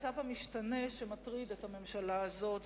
המצב המשתנה שמטריד את הממשלה הזאת הוא,